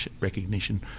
recognition